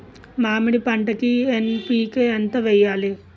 మామిడి పంటకి ఎన్.పీ.కే ఎంత వెయ్యాలి?